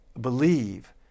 believe